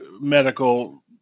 medical